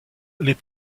les